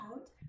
out